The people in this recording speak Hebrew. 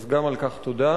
אז גם על כך תודה.